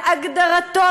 בהגדרתו,